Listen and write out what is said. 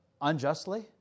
unjustly